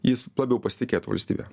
jis labiau pasitikėtų valstybe